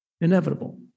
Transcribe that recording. inevitable